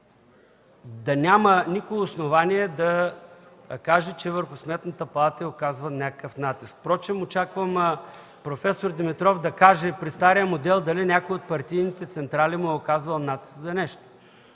Да няма никакво основание да кажем, че върху Сметната палата е оказван някакъв натиск. Очаквам проф. Димитров да каже при стария модел дали някоя от партийните централи му е оказвала натиск за нещо.